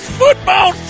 football